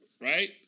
right